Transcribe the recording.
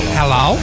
hello